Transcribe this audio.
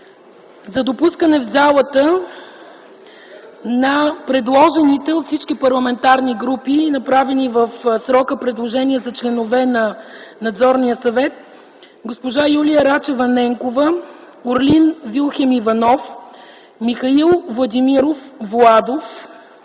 за допускане в залата на предложените от всички парламентарни групи – направени в срока за предложения – за членове на Надзорния съвет: госпожа Юлия Рачева Ненкова, Орлин Вилхелм Иванов, Михаил Владимиров Владов,